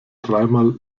dreimal